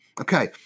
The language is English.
Okay